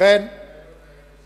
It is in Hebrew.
תשאל את השר,